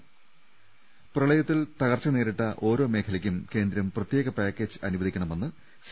്ത് പ്രളയത്തിൽ തകർച്ച നേരിട്ട ഓരോ മേഖലയ്ക്കും കേന്ദ്രം പ്രത്യേക പാക്കേജ് അനുവദിക്കണമെന്ന് സി